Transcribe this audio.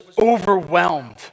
overwhelmed